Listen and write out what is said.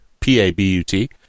PABUT